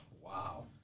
Wow